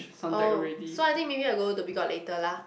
oh so I think maybe I go Dhoby-Ghaut later lah